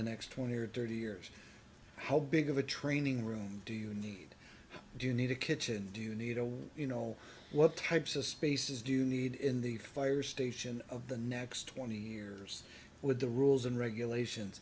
the next twenty or thirty years how big of a training room do you need do you need a kitchen do you need a you know what types of spaces do you need in the fire station of the next twenty years with the rules and regulations